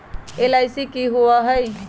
LIC की होअ हई?